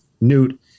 Newt